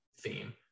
theme